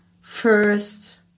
First